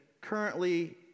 currently